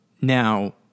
Now